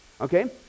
Okay